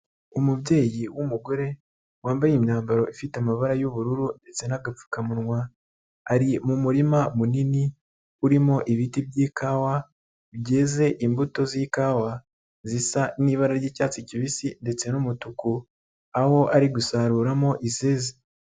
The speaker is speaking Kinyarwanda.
Umubyeyi w'umugore, wambaye imyambaro ifite amabara y'ubururu ndetse n'agapfukamunwa. Ari mu murima munini, urimo ibiti by'ikawa byeze imbuto z'ikawa zisa n'ibara ry'icyatsi kibisi ndetse n'umutuku, aho ari gusaruramo izeze.